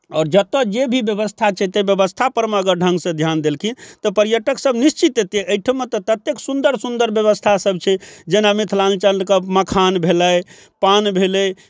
आओर जतऽ जे भी बेबस्था छै ताहि बेबस्थापरमे अगर ढङ्गसँ धिआन देलखिन तऽ पर्यटकसब निश्चित अएतै एहिठाम तऽ ततेक सुन्दर सुन्दर बेबस्थासब छै जेना मिथिलाञ्चलके मखान भेलै पान भेलै